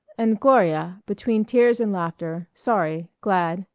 and gloria, between tears and laughter, sorry, glad,